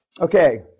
okay